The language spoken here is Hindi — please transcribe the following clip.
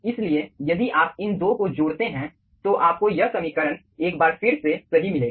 इसलिए यदि आप इन 2 को जोड़ते हैं तो आपको यह समीकरण एक बार फिर से सही मिलेगा